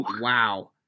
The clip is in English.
wow